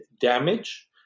damage